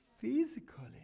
physically